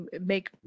make